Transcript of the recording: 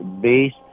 based